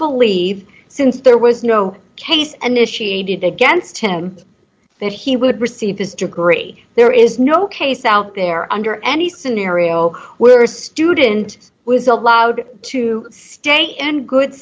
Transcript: believe since there was no case an issue needed against him that he would receive his degree there is no case out there under any scenario where a student was allowed to stay and good